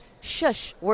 Shush